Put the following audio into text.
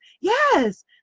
Yes